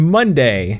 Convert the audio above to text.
Monday